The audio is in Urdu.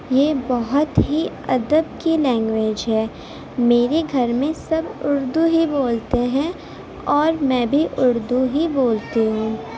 یہ بہت ہی ادب کی لینگویج ہے میرے گھر میں سب اردو ہی بولتے ہیں اور میں بھی اردو ہی بولتی ہوں